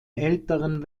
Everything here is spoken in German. älteren